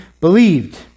believed